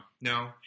No